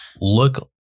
look